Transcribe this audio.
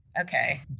okay